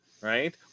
Right